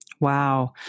Wow